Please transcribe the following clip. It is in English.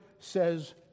says